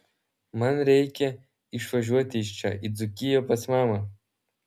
man reikia išvažiuoti iš čia į dzūkiją pas mamą